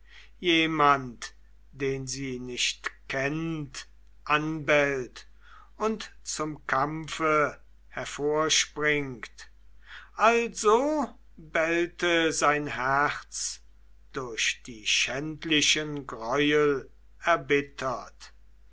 jemand den sie nicht kennt anbellt und zum kampfe hervorspringt also bellte sein herz durch die schändlichen greuel erbittert